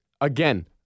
again